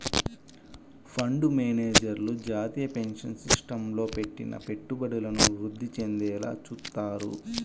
fund మేనేజర్లు జాతీయ pension సిస్టమ్లో పెట్టిన పెట్టుబడులను వృద్ధి చెందేలా చూత్తారు